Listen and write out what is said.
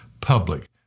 public